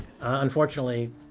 unfortunately